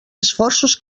esforços